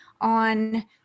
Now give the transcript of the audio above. on